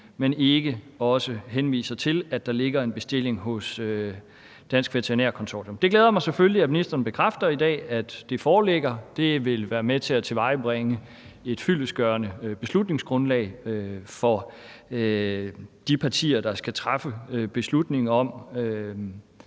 men ikke også henviser til, at der ligger en bestilling hos Dansk Veterinær Konsortium. Det glæder mig selvfølgelig, at ministeren i dag bekræfter, at det foreligger. Det vil være med til at tilvejebringe et fyldestgørende beslutningsgrundlag for de partier, der skal træffe beslutningen om